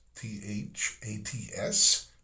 T-H-A-T-S